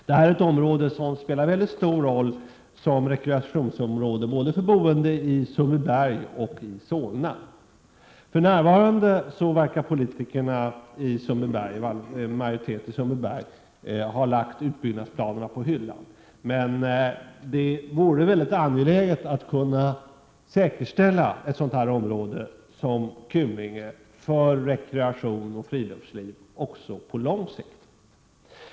Detta område spelar en mycket stor roll som rekreationsområde för boende både i Sundbyberg och i Solna. För närvarande verkar en majoritet av politikerna i Sundbyberg ha lagt utbyggnadsplanerna på hyllan, men det vore mycket angeläget att ett sådant område som Kymlinge kunde säkerställas för rekreation och friluftsliv också på lång sikt.